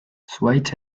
zuhaitz